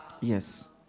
Yes